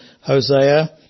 Hosea